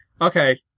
Okay